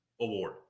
award